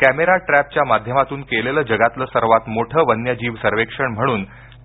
camera ट्रॅपच्या माध्यमातून केलेलं जगातल सर्वात मोठं वन्यजीव सर्वेक्षण म्हणून